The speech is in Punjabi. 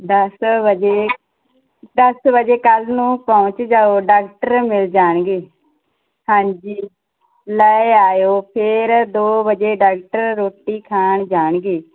ਦਸ ਵਜੇ ਦਸ ਵਜੇ ਕੱਲ੍ਹ ਨੂੰ ਪਹੁੰਚ ਜਾਓ ਡਾਕਟਰ ਮਿਲ ਜਾਣਗੇ ਹਾਂਜੀ ਲੈ ਆਇਓ ਫਿਰ ਦੋ ਵਜੇ ਡਾਕਟਰ ਰੋਟੀ ਖਾਣ ਜਾਣਗੇ